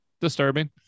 disturbing